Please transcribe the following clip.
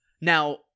Now